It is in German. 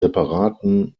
separaten